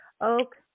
oak